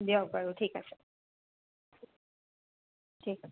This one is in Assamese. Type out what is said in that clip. দিয়ক বাৰু ঠিক আছে ঠিক আছে